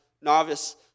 novice